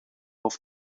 auf